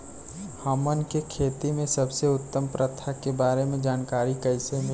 हमन के खेती में सबसे उत्तम प्रथा के बारे में जानकारी कैसे मिली?